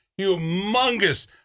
humongous